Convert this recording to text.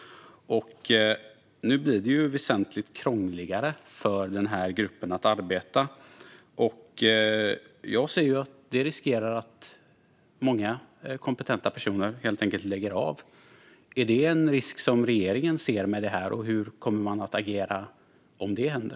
Nu blir det väsentligt krångligare för denna grupp att arbeta, och vi riskerar att många kompetenta personer lägger av. Ser regeringen denna risk, och hur kommer man att agera om det händer?